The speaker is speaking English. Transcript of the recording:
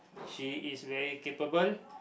she is very capable